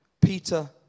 Peter